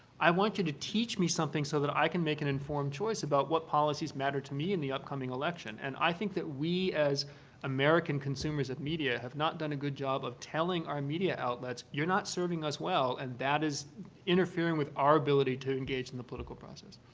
i want you to teach me something so that i can make an informed choice about what policies matter to me in the upcoming election. and i think that we as american consumers of media have not done a good job of telling our media outlets, outlets, you're not serving us well, and that is interfering with our ability to engage in the political process.